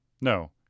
No